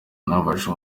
bafashe